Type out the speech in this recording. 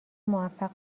موفق